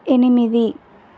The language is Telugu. ఎనిమిది